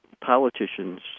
politicians